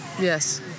yes